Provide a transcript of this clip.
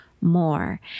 more